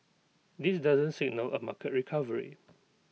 this doesn't signal A market recovery